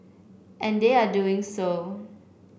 and they are doing so